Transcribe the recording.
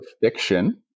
fiction